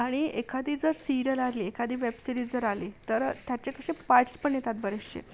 आणि एखादी जर सीरिअल आली एखादी वेबसिरीज जर आली तर त्याचे कसे पार्ट्स पण येतात बरेचसे